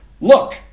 look